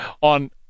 on